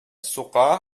сука